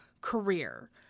career